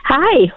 Hi